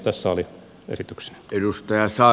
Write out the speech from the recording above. tässä oli esitykseni